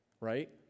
Right